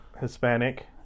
hispanic